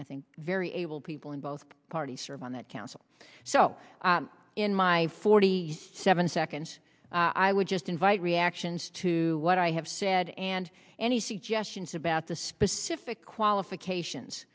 i think very able people in both parties serve on that council so in my forty seven seconds i would just invite reactions to what i have said and any suggestions about the specific qualifications